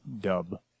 dub